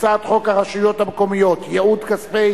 הצעת חוק הרשויות המקומיות (ייעוד כספי